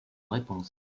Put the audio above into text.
réponse